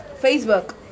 Facebook